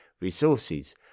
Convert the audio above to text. resources